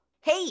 Hey